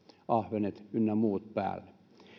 ahvenet ynnä muut päälle